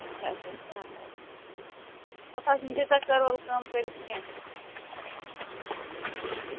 اَچھا اَچھا شےٚ ہَتھ رۄپیہِ تَتھ حظ چھِنہٕ تیٖژاہ کٔروَل کٲم کٔرِتھ کیٚنٛہہ اَچھا